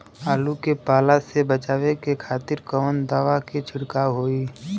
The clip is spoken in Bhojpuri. आलू के पाला से बचावे के खातिर कवन दवा के छिड़काव होई?